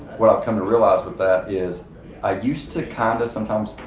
what i've come to realize with that is i used to, kind of sometimes,